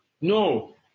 No